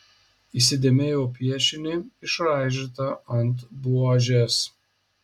įsidėmėjau piešinį išraižytą ant buožės